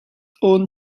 own